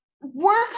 work